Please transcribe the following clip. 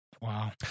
Wow